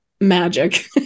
magic